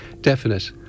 definite